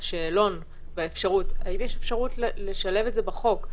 השאלון האם יש אפשרות לשלב את זה בחוק?